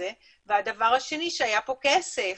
והדבר השני, היה פה כסף,